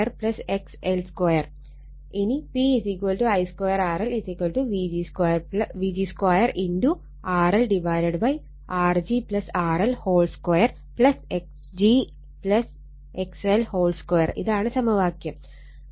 ഇനി P I 2 RLVg 2 RL Rg RL2 Xg XL2 ഇതാണ് സമവാക്യം 1